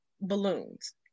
balloons